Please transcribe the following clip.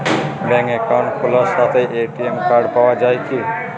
ব্যাঙ্কে অ্যাকাউন্ট খোলার সাথেই এ.টি.এম কার্ড পাওয়া যায় কি?